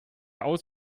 aus